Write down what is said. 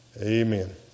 Amen